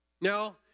Now